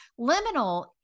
Liminal